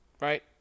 Right